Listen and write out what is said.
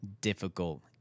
difficult